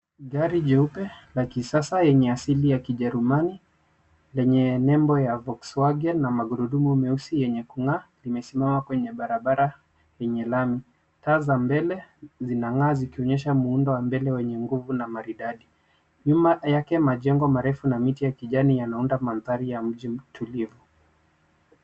Gari jeupe la kisasa yenye asili ya kijerumani lenye nembo ya Volkswagen na magurudumu meusi yenye kung'aa limesimama kwenye barabara yenye lami. Taa za mbele zinang'aa zikionyesha muundo wa mbele wenye nguvu na maridadi. Nyuma yake, majengo marefu na miti ya kijani yanaunda mandhari ya mji matulivu.